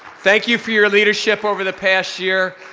thank you for your leadership over the past year.